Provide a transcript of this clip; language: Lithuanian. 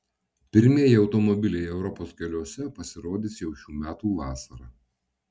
pirmieji automobiliai europos keliuose pasirodys jau šių metų vasarą